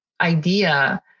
idea